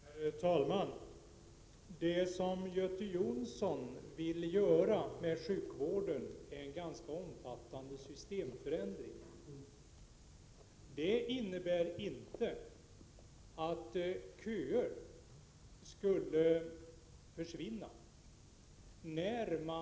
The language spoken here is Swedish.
Herr talman! Det som Göte Jonsson vill göra med sjukvården är en ganska omfattande systemförändring. Det innebär inte att köer skulle försvinna.